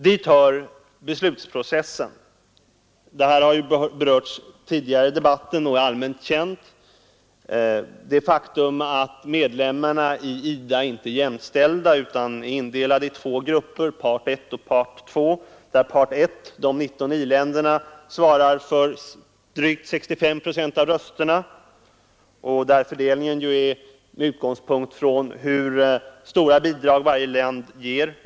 Dit hör beslutsprocessen. Den har berörts tidigare i debatten och är allmänt känd. Medlemmarna är inte jämställda utan är indelade i två grupper, part I och part II. Part I, de 19 i-länderna, har drygt 65 procent av rösterna, fördelade med utgångspunkt i hur stort bidrag varje land ger.